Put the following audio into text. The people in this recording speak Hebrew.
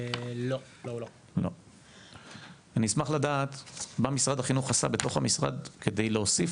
אני אשמח לדעת מה משרד החינוך עשה בתוך המשרד כדי להוסיף,